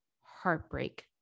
heartbreak